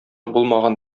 булмаган